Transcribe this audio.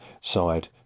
side